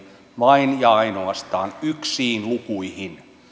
vain ja ainoastaan yksiin lukuihin